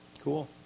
Cool